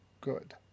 good